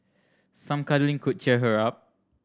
some cuddling could cheer her up